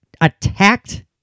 attacked